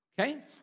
Okay